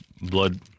blood